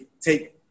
take